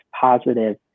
positive